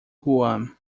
guam